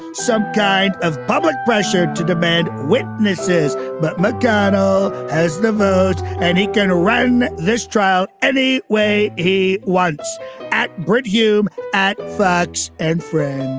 some kind of public pressure to demand witnesses but mcconnell has the vote and he's going to run this trial any way he wants at brit hume at fox and friends